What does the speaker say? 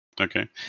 Okay